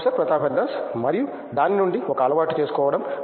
professor Pratap Haridas మరియు దాని నుండి ఒక అలవాటు చేసుకోవడం